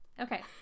Okay